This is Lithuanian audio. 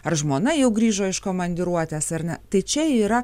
ar žmona jau grįžo iš komandiruotės ar ne tai čia yra